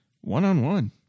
one-on-one